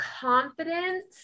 confidence